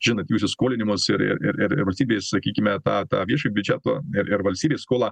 žinant jų įsiskolinimus ir ir ir valstybėj sakykime tą tą viešą biudžetą ir ir valstybės skolą